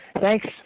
thanks